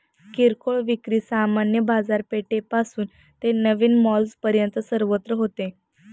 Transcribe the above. किरकोळ विक्री सामान्य बाजारपेठेपासून ते नवीन मॉल्सपर्यंत सर्वत्र होते